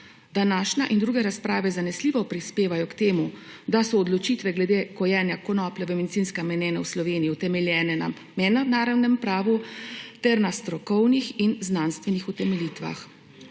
Današnja in druge razprave zanesljivo prispevajo k temu, da so odločitve glede gojenja konoplje v medicinske namene v Sloveniji utemeljene na mednarodnem pravu ter na strokovnih in znanstvenih utemeljitvah.